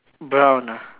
brown ah